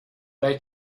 they